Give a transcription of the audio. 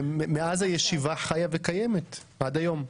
מאז הישיבה חיה וקיימת עד היום.